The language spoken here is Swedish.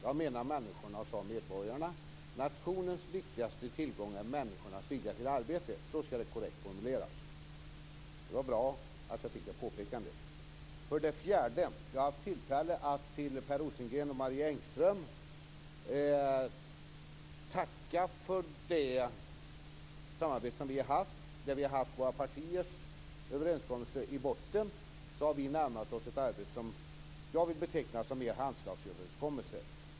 Jag menade människorna men sade medborgarna. Nationens viktigaste tillgång är människornas vilja till arbete. Så skall det korrekt formuleras. Det var bra att jag fick det påpekandet. För det fjärde har jag haft tillfälle att tacka Per Rosengren och Marie Engström för det samarbete vi har haft. Vi har haft våra partiers överenskommelse i botten, och vi har närmat oss ett arbete som jag vill beteckna mera som en handslagsöverenskommelse.